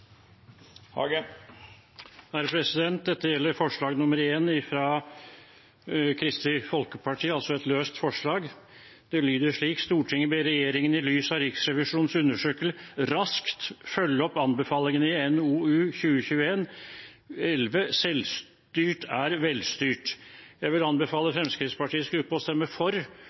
til røysteforklaring. Dette gjelder forslag nr. 1, fra Kristelig Folkeparti, altså et løst forslag. Det lyder slik: «Stortinget ber regjeringen, i lys av Riksrevisjonens undersøkelse, raskt følge opp anbefalingene i NOU 2021: 11 Selvstyrt er velstyrt, for å sikre reell likestilling og for